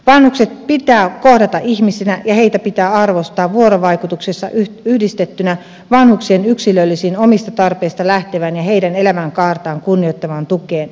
vanhukset pitää kohdata ihmisinä ja heitä pitää arvostaa vuorovaikutuksessa yhdistettynä vanhuksien yksilölliseen omista tarpeista lähtevään ja heidän elämänkaartaan kunnioittavaan tukeen